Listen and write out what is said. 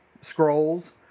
scrolls